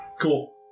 Cool